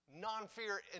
non-fear